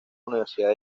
universidad